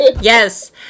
Yes